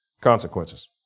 consequences